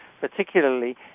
particularly